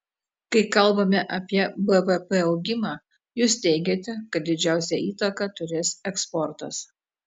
kai kalbame apie bvp augimą jūs teigiate kad didžiausią įtaką turės eksportas